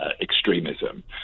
extremism